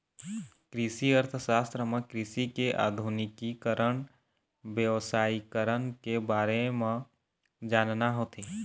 कृषि अर्थसास्त्र म कृषि के आधुनिकीकरन, बेवसायिकरन के बारे म जानना होथे